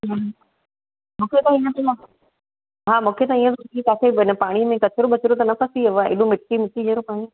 हूं मूंखे त ईअं थो लॻे किथे हा पाणी में कचिरो वचिरो त न फंसी वियो आहे एॾो मिटी मिटी जहिड़ो पाणी